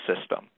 system